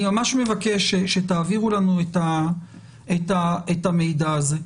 אני ממש מבקש שתעבירו לנו את המידע הזה.